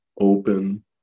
open